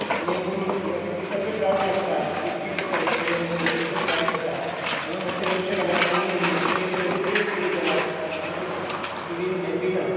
आनी हें करून म्हाका त्या पिसाचोच डावट लागता की इतकें कसो एक्सपिरियंस हो एकदम वायट आसा आ मातशें लक्ष घालात तुमी आनी म्हजें तें एकवेळ रिप्लेस तरी करात हांव ते टीवींत हॅप्पी ना